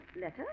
Letter